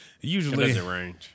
Usually